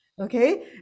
Okay